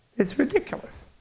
it's ridiculous.